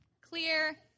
clear